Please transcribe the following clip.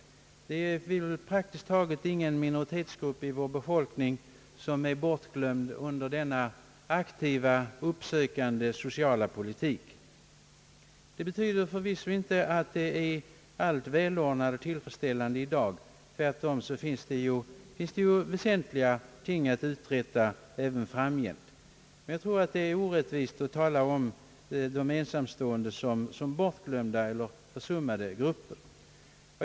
Praktiskt taget ingen minoritetsgrupp bland vår befolkning blir bortglömd under denna aktiva uppsökande sociala politik. Det betyder förvisso inte att allt är välordnat och tillfredsställande i dag. Tvärtom finns det väsentliga ting att uträtta även framgent, men det vore orättvist att tala om de ensamstående som bortglömda eller försummade grupper.